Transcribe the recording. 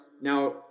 now